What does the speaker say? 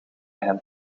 hem